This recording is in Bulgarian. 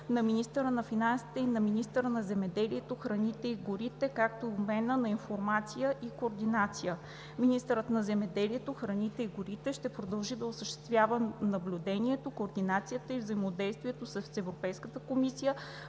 на министъра на финансите и на министъра на земеделието, храните и горите, както и обменът на информация и координация. Министърът на земеделието, храните и горите ще продължи да осъществява наблюдението, координацията и взаимодействието с Европейската комисия